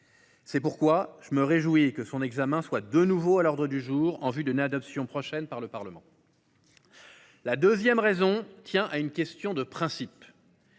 C’est pourquoi je me réjouis que son examen soit de nouveau à l’ordre du jour, en vue d’une adoption prochaine par le Parlement. La deuxième raison tient à une question de principe